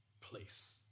place